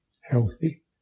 healthy